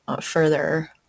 further